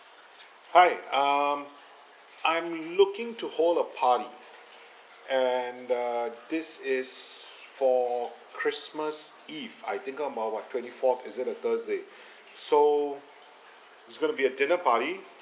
hi um I'm looking to hold a party and uh this is for christmas eve I think about what twenty fourth is it a thursday so it's going to be a dinner party